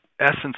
essence